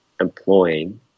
employing